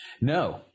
No